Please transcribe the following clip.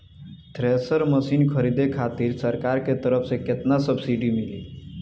Thresher machine खरीदे खातिर सरकार के तरफ से केतना सब्सीडी मिली?